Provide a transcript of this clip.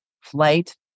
flight